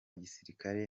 gisirikare